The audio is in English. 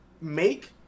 make